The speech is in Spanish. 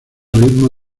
ritmo